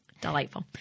delightful